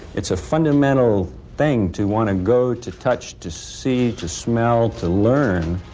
it's a fundamental thing to want to go, to touch, to see, to smell, to learn,